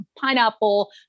pineapple